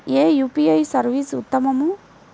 ఏ UPI service ఉత్తమము?